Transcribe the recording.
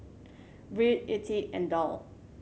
Byrd Ettie and Daryl